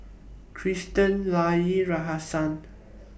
Christian Leyla Rahsaan